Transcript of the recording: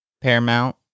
Paramount